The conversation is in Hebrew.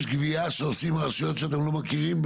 יש גבייה שעושות רשויות, שאתם לא מכירים?